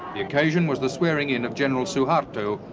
the occasion was the swearing-in of general suharto,